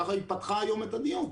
ככה היא פתחה היום את הדיון.